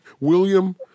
William